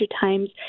times